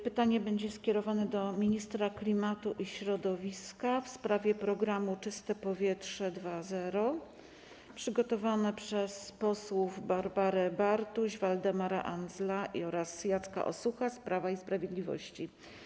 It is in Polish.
Pytanie skierowane do ministra klimatu i środowiska w sprawie programu „Czyste powietrze” 2.0 przygotowane jest przez posłów Barbarę Bartuś, Waldemara Andzela oraz Jacka Osucha z Prawa i Sprawiedliwości.